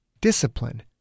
Discipline